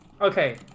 Okay